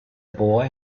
boy